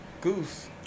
Goose